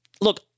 look